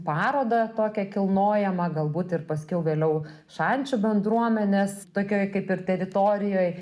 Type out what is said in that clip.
parodą tokią kilnojamą galbūt ir paskiau vėliau šančių bendruomenės tokioj kaip ir teritorijoje